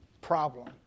problem